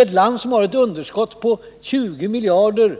Vårt land har ett underskott på ca 17,5 miljarder